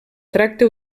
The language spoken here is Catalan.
tracte